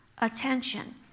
attention